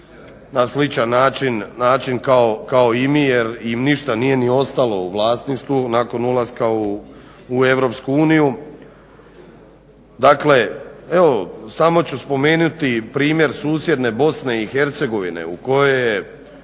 na sličan način kao i mi jer im ništa nije ni ostalo u vlasništvu nakon ulaska u Europsku uniju. Dakle evo samo ću spomenuti primjer susjedne BiH u kojoj je